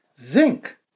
Zinc